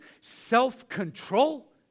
Self-control